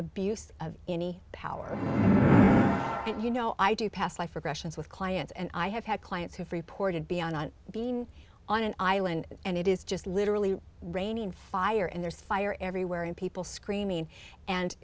abuse of any power and you know i do past life regressions with clients and i have had clients who freeport and beyond being on an island and it is just literally raining fire and there's fire everywhere and people screaming and